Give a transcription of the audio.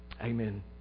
Amen